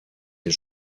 les